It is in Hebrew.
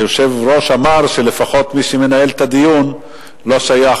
היושב-ראש אמר שלפחות מי שמנהל את הדיון לא שייך,